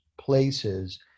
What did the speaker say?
places